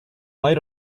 light